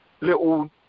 little